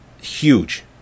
huge